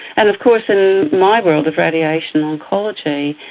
and of course in my world of radiation oncology,